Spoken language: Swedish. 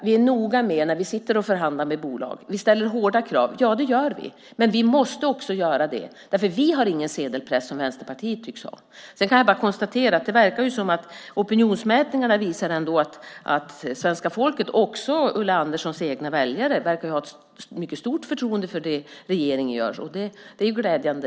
Vi är noga när vi förhandlar med bolag. Vi ställer hårda krav. Ja, det gör vi, och vi måste också göra det. Vi har ingen sedelpress som Vänsterpartiet tycks ha. Sedan kan jag bara konstatera att opinionsmätningarna visar att svenska folket, och även Ulla Anderssons egna väljare, verkar ha ett mycket stort förtroende för det regeringen gör. Det är glädjande.